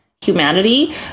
humanity